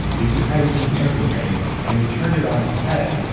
we took high intensity interval training and we turned it on its head.